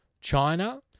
China